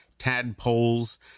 tadpoles